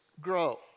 grow